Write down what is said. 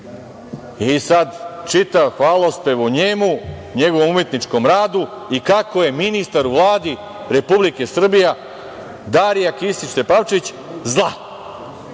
Sada, čitav hvalospev o njemu, njegovom umetničkom radu i kako je ministar u Vladi Republike Srbije Darija Kisić Tepavčević zla.